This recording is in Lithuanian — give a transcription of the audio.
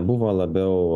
buvo labiau